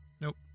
Nope